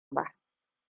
ba